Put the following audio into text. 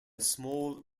small